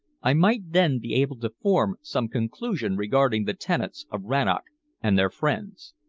i might then be able to form some conclusion regarding the tenants of rannoch and their friends.